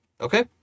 okay